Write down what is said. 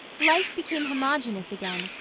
life became homogeneous again,